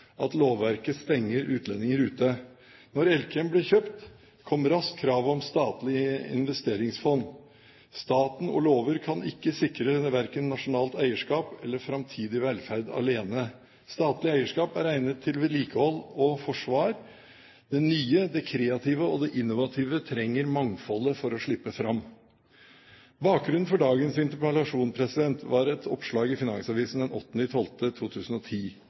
at lovverket stenger utlendinger ute. Da Elkem ble kjøpt, kom raskt kravet om statlige investeringsfond. Staten og lover kan ikke sikre verken nasjonalt eierskap eller framtidig velferd alene. Statlig eierskap er egnet til vedlikehold og forsvar. Det nye, det kreative og det innovative trenger mangfoldet for å slippe fram. Bakgrunnen for dagens interpellasjon var et oppslag i Finansavisen den 8. desember 2010.